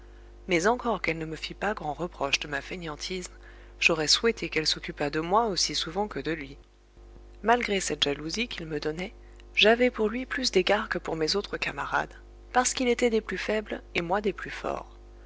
mais encore qu'elle ne me fît pas grand reproche de ma fainéantise j'aurais souhaité qu'elle s'occupât de moi aussi souvent que de lui malgré cette jalousie qu'il me donnait j'avais pour lui plus d'égards que pour mes autres camarades parce qu'il était des plus faibles et moi des plus forts